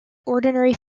ordinary